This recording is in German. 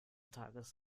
tages